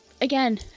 again